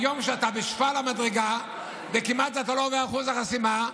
היית שר הביטחון, אדון ליברמן.